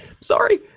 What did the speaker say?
Sorry